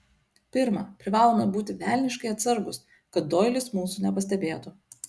pirma privalome būti velniškai atsargūs kad doilis mūsų nepastebėtų